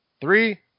Three